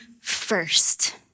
first